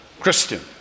Christian